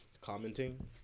commenting